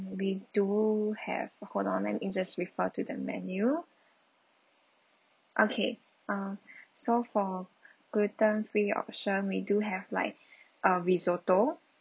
we do have hold on ma'am we just refer to the menu okay uh so for gluten free option we do have like uh risotto